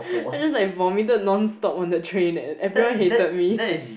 I just like vomited nonstop on the train eh everyone hated me